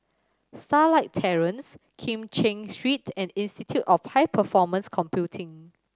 Starlight Terrace Kim Cheng Street and Institute of High Performance Computing